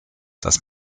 das